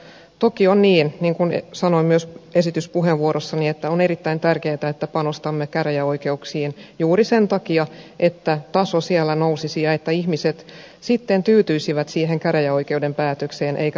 toki niin kuin sanoin myös esityspuheenvuorossani on erittäin tärkeätä että panostamme käräjäoikeuksiin juuri sen takia että taso siellä nousisi ja että ihmiset sitten tyytyisivät siihen käräjäoikeuden päätökseen eivätkä valittaisi eteenpäin